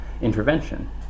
intervention